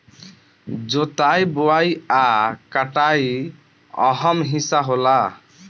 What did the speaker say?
जोताई बोआई आ कटाई अहम् हिस्सा होला